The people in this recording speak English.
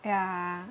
yeah